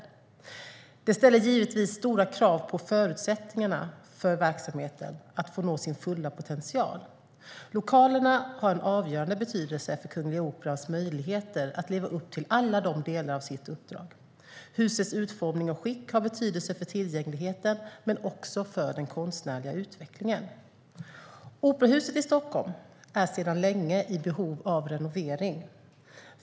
Det ställer givetvis stora krav på förutsättningarna för verksamheten att nå sin fulla potential. Lokalerna har avgörande betydelse för Kungliga Operans möjligheter att leva upp till alla delar av sitt uppdrag. Husets utformning och skick har betydelse för tillgängligheten men också för den konstnärliga utvecklingen. Operahuset i Stockholm är sedan länge i behov av renovering.